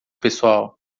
pessoal